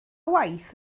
waith